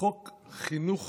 "חוק חינוך